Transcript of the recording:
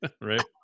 Right